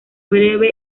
breve